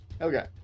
Okay